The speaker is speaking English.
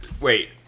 wait